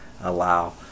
allow